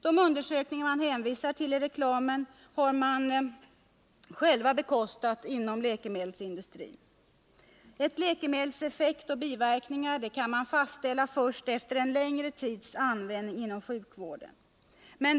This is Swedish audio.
De undersökningar man hänvisar till i reklamen har man själv inom läkemedelsindustrin bekostat. Ett läkemedels effekt och biverkningar kan fastställas först efter en längre tids användning inom sjukvården.